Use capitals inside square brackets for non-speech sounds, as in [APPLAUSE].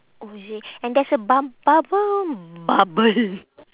oh is it and there's a bum~ bubble bubble [NOISE]